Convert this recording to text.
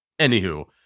Anywho